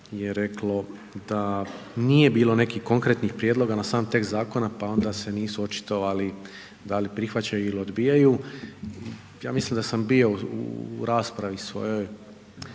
je reklo da nije bilo nekih konkretnih prijedloga na sam tekst zakona pa onda se nisu očitovali da li prihvaćaju ili odbijaju. Ja mislim da sam bio u raspravi svojoj